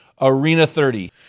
ARENA30